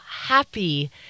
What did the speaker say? happy